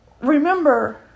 remember